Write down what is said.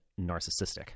narcissistic